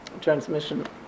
transmission